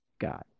God